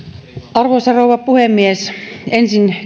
arvoisa rouva puhemies ensin